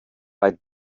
bei